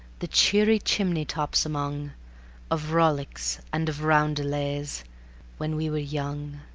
the cheery chimney-tops among of rolics and of roundelays when we were young.